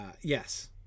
Yes